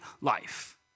life